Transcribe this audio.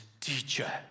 teacher